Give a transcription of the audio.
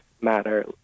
matter